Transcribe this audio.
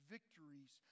victories